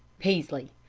peaslee,